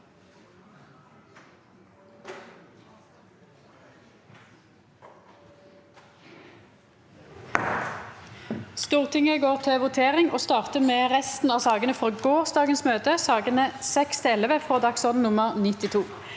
Stortinget går då til vote- ring og startar med resten av sakene frå gårsdagens møte, sakene nr. 6–11 på dagsorden nr. 92.